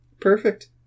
Perfect